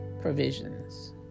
provisions